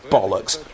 Bollocks